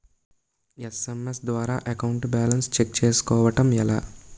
SMS ద్వారా account balance check చేసుకోవటం ఎలా?